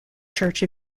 church